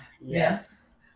Yes